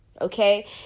Okay